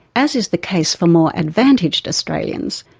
as is the case for more advantaged australians,